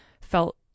felt